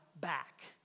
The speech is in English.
back